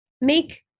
make